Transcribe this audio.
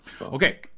Okay